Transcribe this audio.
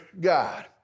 God